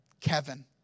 Kevin